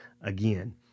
again